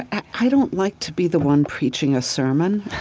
i don't like to be the one preaching a sermon.